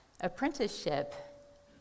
Apprenticeship